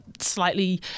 slightly